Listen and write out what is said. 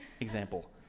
example